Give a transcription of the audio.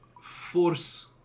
force